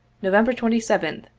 november twenty seventh,